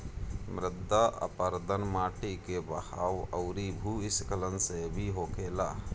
मृदा अपरदन माटी के बहाव अउरी भू स्खलन से भी होखेला